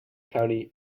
county